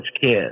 kids